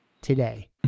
today